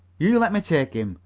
you let me take him,